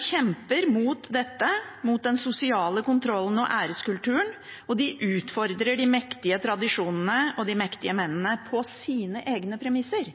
kjemper mot dette, mot den sosiale kontrollen og æreskulturen, og de utfordrer de mektige tradisjonene og de mektige mennene på sine egne premisser.